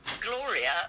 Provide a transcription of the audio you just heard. Gloria